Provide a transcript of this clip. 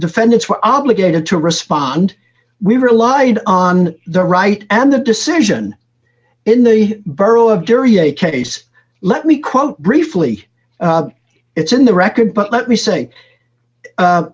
defendants were obligated to respond we relied on the right and the decision in the borough of jury a case let me quote briefly it's in the record but let me say